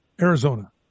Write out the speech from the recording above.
Arizona